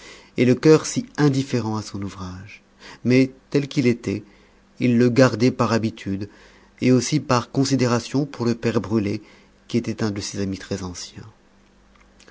et le coeur si indifférent à son ouvrage mais tel qu'il était il le gardait par habitude et aussi par considération pour le père brulet qui était un de ses amis